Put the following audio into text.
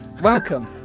Welcome